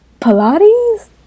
pilates